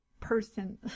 person